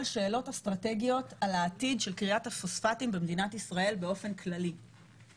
שאלות אסטרטגיות על העתיד של כריית הפוספטים במדינת ישראל באופן כללי,